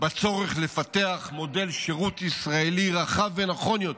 בצורך לפתח מודל שירות ישראלי רחב ונכון יותר,